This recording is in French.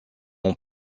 ont